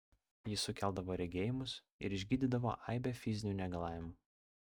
jis sukeldavo regėjimus ir išgydydavo aibę fizinių negalavimų